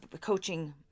coaching